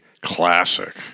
classic